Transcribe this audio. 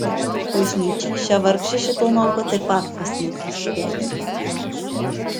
bažnyčia šią vargšę šėtono auką taip pat pasmerkia sudeginti ant laužo